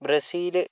Brazil